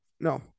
No